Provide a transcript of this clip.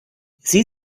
sie